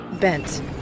Bent